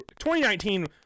2019